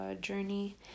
journey